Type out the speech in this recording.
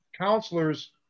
counselors